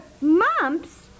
Mumps